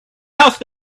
house